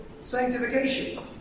sanctification